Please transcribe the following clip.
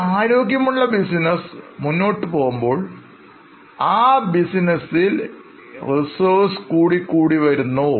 ഒരു ആരോഗ്യമുള്ള ബിസിനസ് മുന്നോട്ടു പോകുമ്പോൾ ആ ബിസിനസ്സിൽ Reservesകൂടി കൂടി വരുന്നു